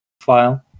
file